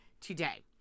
today